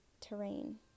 terrain